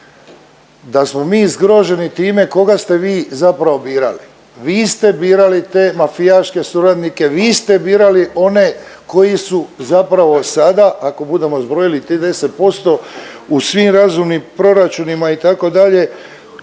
da smo mi zgroženi time koga ste vi zapravo birali? Vi ste birali te mafijaške suradnike, vi ste birali one koji su zapravo sada, ako budemo zbrojili tih 10%, u svim razumnim proračunima, itd.,